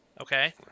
Okay